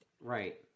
Right